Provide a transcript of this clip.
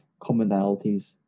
commonalities